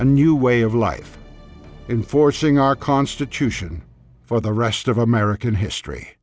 a new way of life enforcing our constitution for the rest of american history